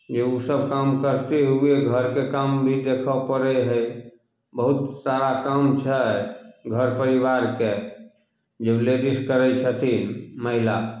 जे उ सभ काम करते हुए घरके काम भी देखऽ पड़य हइ बहुत सारा काम छै घर परिवारके जे लेडिस करय छथिन महिला